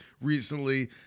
recently